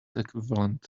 equivalent